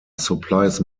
supplies